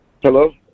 Hello